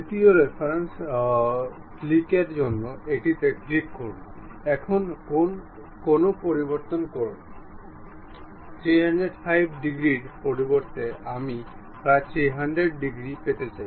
দ্বিতীয় রেফারেন্স ক্লিকের জন্য এটিতে ক্লিক করুন এখন কোণ পরিবর্তন করুন 315 ডিগ্রীর পরিবর্তে আমি প্রায় 300 ডিগ্রী পেতে চাই